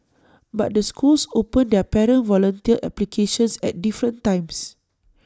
but the schools open their parent volunteer applications at different times